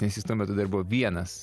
nes jis tuo metu dar buvo vienas